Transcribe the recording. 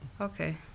Okay